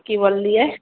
की बोललियै